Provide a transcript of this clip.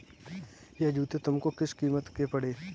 यह जूते तुमको किस कीमत के पड़े?